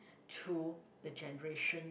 to the generation